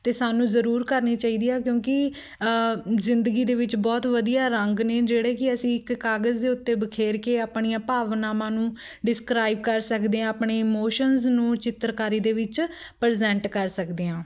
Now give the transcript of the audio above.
ਅਤੇ ਸਾਨੂੰ ਜ਼ਰੂਰ ਕਰਨੀ ਚਾਹੀਦੀ ਆ ਕਿਉਂਕਿ ਜ਼ਿੰਦਗੀ ਦੇ ਵਿੱਚ ਬਹੁਤ ਵਧੀਆ ਰੰਗ ਨੇ ਜਿਹੜੇ ਕਿ ਅਸੀਂ ਇੱਕ ਕਾਗਜ਼ ਦੇ ਉੱਤੇ ਬਖੇਰ ਕੇ ਆਪਣੀਆਂ ਭਾਵਨਾਵਾਂ ਨੂੰ ਡਿਸਕਰਾਈਬ ਕਰ ਸਕਦੇ ਹਾਂ ਆਪਣੇ ਇਮੋਸ਼ਨਸ ਨੂੰ ਚਿੱਤਰਕਾਰੀ ਦੇ ਵਿੱਚ ਪ੍ਰਜੈਂਟ ਕਰ ਸਕਦੇ ਹਾਂ